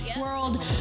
world